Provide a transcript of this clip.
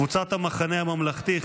קבוצת סיעת המחנה הממלכתי,